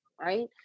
right